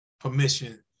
permission